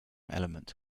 element